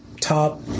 top